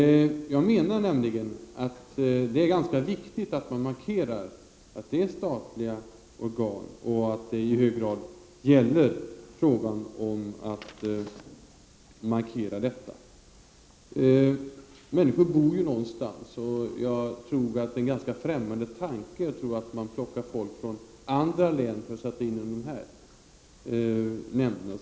1989/90:35 tigt att markera att detta är statliga organ. Människor bor någonstans, och 29 november 1989 jag anser det vara en ganska främmande tanke att så att säga plocka männi= GA skor från andra län för att sätta in dem i dessa nämnder.